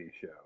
show